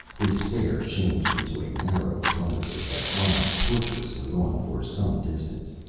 this stair changed into a narrow corridor that wound tortuously on for some distance.